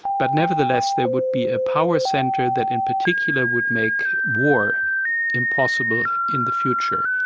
but nevertheless there would be a power centre that in particular would make war impossible in the future.